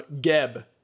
Geb